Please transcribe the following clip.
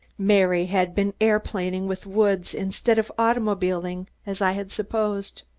mary had been aeroplaning with woods instead of automobiling as i had supposed.